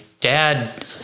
dad